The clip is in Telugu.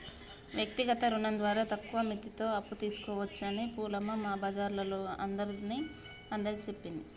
వ్యక్తిగత రుణం ద్వారా తక్కువ మిత్తితో అప్పు తీసుకోవచ్చని పూలమ్మ మా బజారోల్లందరిని అందరికీ చెప్పింది